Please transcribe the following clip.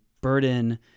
burden